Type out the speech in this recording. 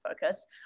focus